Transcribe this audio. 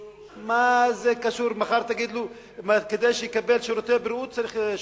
קשור, שמי שתורם למדינה יקבל ממנה.